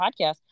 podcast